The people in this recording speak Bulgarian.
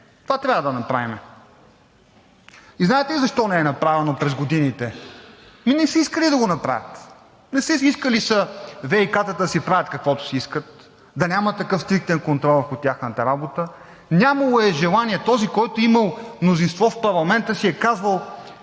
това трябва да направим. Знаете ли защо не е направено през годините? Ами не са искали да го направят. Искали са ВиК-тата да си правят каквото си искат, да няма такъв стриктен контрол върху тяхната работа, нямало е желание. Този, който е имал мнозинство в парламента, си е казвал: